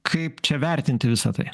kaip čia vertinti visą tai